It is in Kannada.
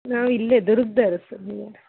ನಾವಿಲ್ಲೇ ದುರ್ಗ್ದವ್ರು ಸರ್